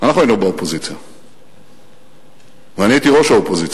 אנחנו היינו באופוזיציה ואני הייתי ראש אופוזיציה,